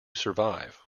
survive